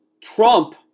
Trump